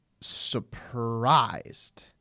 surprised